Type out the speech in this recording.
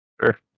Sure